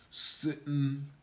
Sitting